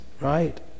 right